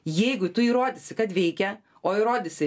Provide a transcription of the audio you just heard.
jeigu tu įrodysi kad veikia o įrodysi